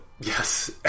Yes